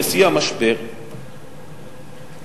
בשיא המשבר,